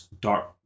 Dark